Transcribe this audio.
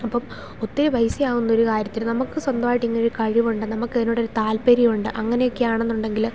അപ്പം ഒത്തിരി പൈസയാകുന്ന ഒരു കാര്യത്തിന് നമുക്ക് സ്വന്തമായിട്ട് ഇങ്ങനെ ഒരു കഴിവുണ്ട് നമുക്ക് അതിനോട് ഒരു താല്പര്യമുണ്ട് അങ്ങനെയൊക്കെ ആണെന്നുണ്ടെങ്കിൽ